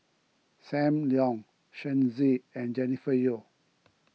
Sam Leong Shen Xi and Jennifer Yeo